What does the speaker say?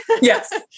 Yes